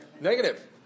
Negative